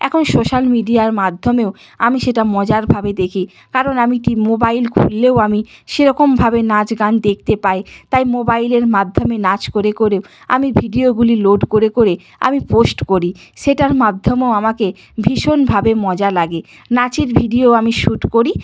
এখন সোশ্যাল মিডিয়ার মাধ্যমেও আমি সেটা মজারভাবে দেখি কারণ আমি টি মোবাইল খুল্লেও আমি সেরকমভাবে নাচ গান দেখতে পাই তাই মোবাইলের মাধ্যমে নাচ করে করেও আমি ভিডিওগুলি লোড করে করে আমি পোস্ট করি সেটার মাধ্যমেও আমাকে ভীষণভাবে মজা লাগে নাচের ভিডিও আমি শ্যুট করি